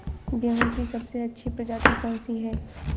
गेहूँ की सबसे अच्छी प्रजाति कौन सी है?